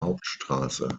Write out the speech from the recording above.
hauptstraße